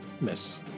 Miss